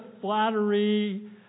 flattery